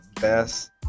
best